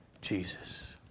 Jesus